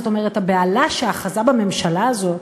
זאת אומרת הבהלה שאחזה בממשלה הזאת